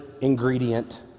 ingredient